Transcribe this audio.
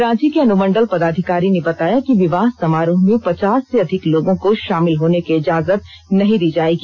रांची के अनुमंडल पदाधिकारी ने बताया कि विवाह समारोह में पचास से अधिक लोगों को शामिल होने की इजाजत नहीं दी जाएगी